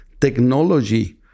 technology